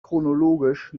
chronologisch